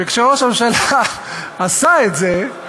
וכשראש הממשלה עשה את זה,